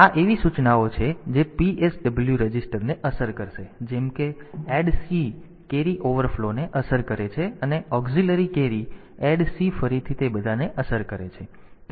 તેથી આ એવી સૂચનાઓ છે જે PSW રજિસ્ટરને અસર કરશે જેમ કે ઍડ C કૅરી ઓવરફ્લોને અસર કરે છે અને ઑક્સિલરી કૅરી ઍડ C ફરીથી તે બધાને અસર કરે છે